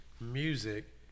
music